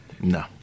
no